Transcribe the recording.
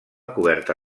coberta